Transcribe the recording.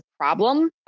problem